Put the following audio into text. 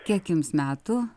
kiek jums metų